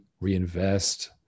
reinvest